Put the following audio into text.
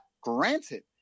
granted